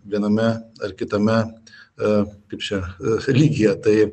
viename ar kitame e kaip čia lygyje tai